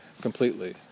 completely